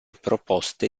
proposte